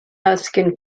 erskine